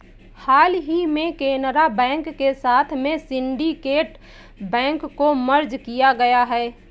हाल ही में केनरा बैंक के साथ में सिन्डीकेट बैंक को मर्ज किया गया है